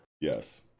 Yes